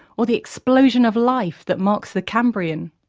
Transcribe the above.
or the explosion of life that marks the cambrian.